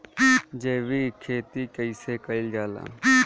जैविक खेती कईसे कईल जाला?